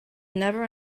never